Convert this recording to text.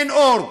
אין אור.